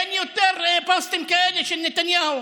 אין יותר פוסטים כאלה של נתניהו.